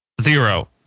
zero